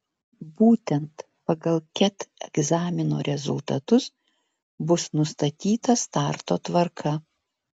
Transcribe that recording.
būtent pagal ket egzamino rezultatus bus nustatyta starto tvarka